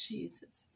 Jesus